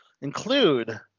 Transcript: include